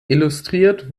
illustriert